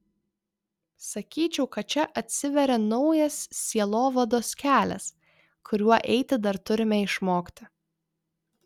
sakyčiau kad čia atsiveria naujas sielovados kelias kuriuo eiti dar turime išmokti